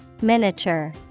Miniature